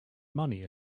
money